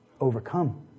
overcome